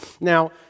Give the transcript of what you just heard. Now